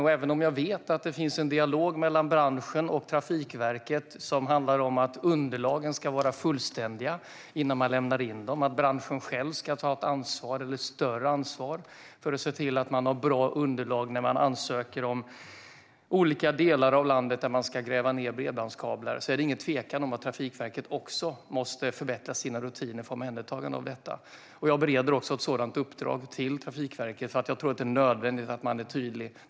Och jag vet att det finns en dialog mellan branschen och Trafikverket om att underlagen ska vara fullständiga innan man lämnar in dem. Branschen själv ska ta ett större ansvar för att se till att ha ett bra underlag när man ansöker om att gräva ned bredbandskablar i olika delar av landet. Men det finns inte heller någon tvekan när det gäller att Trafikverket måste förbättra sina rutiner för omhändertagande av detta. Jag bereder också ett sådant uppdrag till Trafikverket. Jag tror att det är nödvändigt att man är tydlig.